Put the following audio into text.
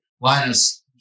Linus